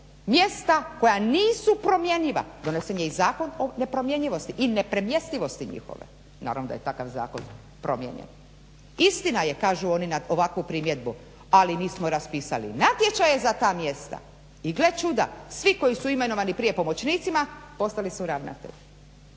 mjesta koja nisu promjenjiva. Donesen je i zakon o nepromjenjinovsti i nepremjestivosti njihove. Naravno da je takav zakon promijenjen. Istina je kažu oni na ovakvu primjedbu ali mi smo raspisali natječaje za ta mjesta. I gle čuda svi koji su imenovani prije pomoćnicima postali su ravnatelji.